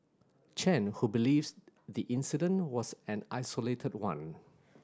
Chen who believes the incident was an isolated one